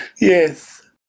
Yes